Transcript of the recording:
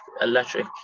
electric